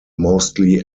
mostly